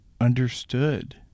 understood